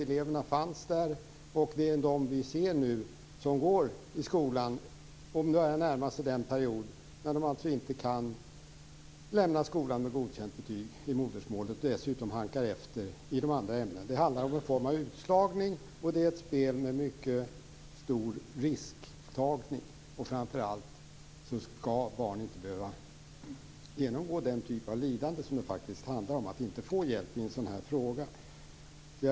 Eleverna fanns där, och de börjar nu närma sig den punkt när de alltså inte kan lämna skolan med godkänt betyg i modersmålet. Dessutom halkar de efter i de andra ämnena. Det handlar om en form av utslagning. Det är ett spel med mycket stor risktagning. Framför allt skall barn inte behöva genomgå den typ av lidande som det faktiskt handlar om när de inte får hjälp med ett sådant här problem.